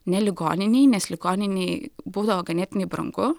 ne ligoninėj nes ligoninėj būdavo ganėtinai brangu